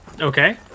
Okay